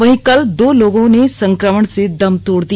वहीं कल दो लोगों ने संक्रमण से दम तोड़ दिया